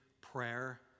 prayer